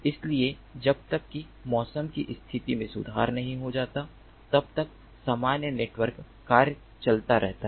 इसलिए जब तक कि मौसम की स्थिति में सुधार नहीं हो जाता तब तक सामान्य नेटवर्क कार्य चलता रहता है